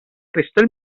crystal